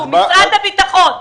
משרד הביטחון,